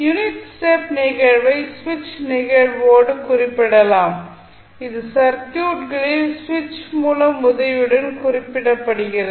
unit step நிகழ்வை சுவிட்ச் நிகழ்வோடு குறிப்பிடலாம் இது சர்க்யூட்களில் சுவிட்ச் உதவியுடன் குறிப்பிடப்படுகிறது